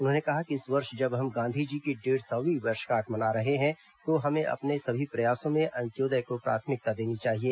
उन्होंने कहा कि इस वर्ष जब हम गांधीजी की डेढ सौवीं वर्षगांठ मना रहे हैं तो हमें अपने सभी प्रयासों में अंत्योदय को प्राथमिकता देनी चाहिए